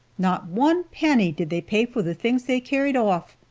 not one penny did they pay for the things they carried off.